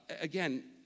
Again